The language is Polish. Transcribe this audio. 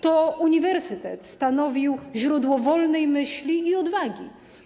To uniwersytet stanowił źródło wolnej myśli i odwagi.